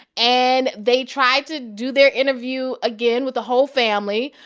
and they tried to do their interview again with the whole family.